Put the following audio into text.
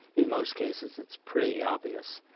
in most cases, it's pretty obvious.